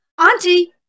Auntie